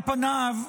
על פניו,